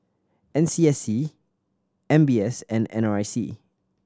N S C S M B S and N R I C